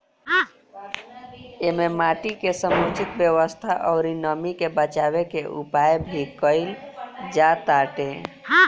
एमे माटी के समुचित व्यवस्था अउरी नमी के बाचावे के उपाय भी कईल जाताटे